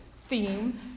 theme